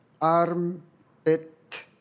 armpit